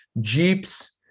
Jeeps